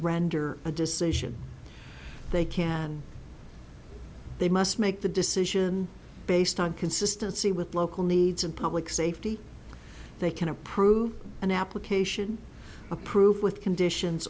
render a decision they can they must make the decision based on consistency with local needs of public safety they can approve an application approved with conditions